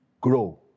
grow